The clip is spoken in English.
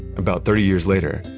about thirty years later,